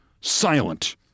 silent